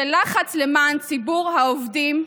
זה לחץ למען ציבור העובדים,